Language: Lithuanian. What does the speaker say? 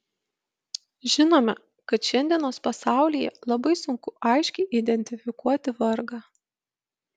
žinome kad šiandienos pasaulyje labai sunku aiškiai identifikuoti vargą